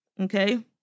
Okay